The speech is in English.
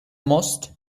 most